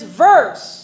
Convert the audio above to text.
verse